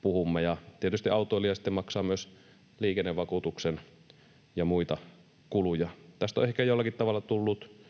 puhumme, ja tietysti autoilija maksaa myös liikennevakuutuksen ja muita kuluja. Tästä on ehkä jollakin tavalla tullut